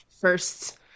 first